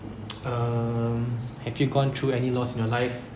um have you gone through any loss in your life